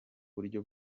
buryo